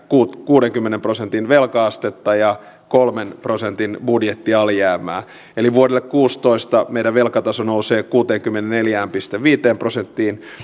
kuudenkymmenen prosentin velka astetta ja kolmen prosentin budjettialijäämää eli vuodelle kuusitoista meidän velkataso nousee kuuteenkymmeneenneljään pilkku viiteen prosenttiin